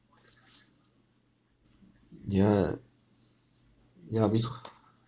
mm ya mm ya beca~